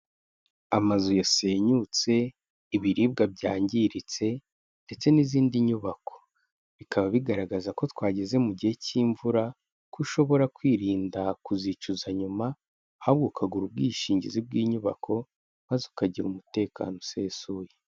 Amazu yasenyutse, ibiribwa byangiritse ndetse n'izindi nyubako, bikaba bigaragaza ko twageze mu gihe cy'imvura ko ushobora kwirinda kuzicuza nyuma, ahubwo ukagira ubwishingizi bw'inyubako maze ukagira umutekano usesuye.